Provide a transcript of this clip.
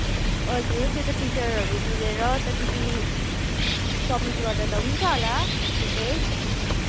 हजुर त्यो त टिचरहरू मिलेर त त्यति सब्मिट गर्दा त हुन्छ होला निकै